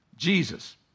Jesus